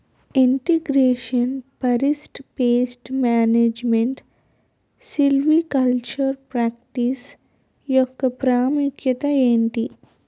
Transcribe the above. integration forest pest management silvicultural practice యెక్క ప్రాముఖ్యత ఏంటి